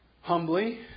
humbly